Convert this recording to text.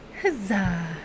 Huzzah